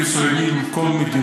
לי יש קשרים מצוינים עם כל המדינות.